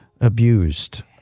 abused